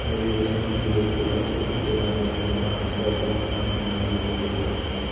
मेरे रेशम कीड़ों को अच्छे पत्ते ना देने के कारण शहदूत नामक बीमारी हो गई है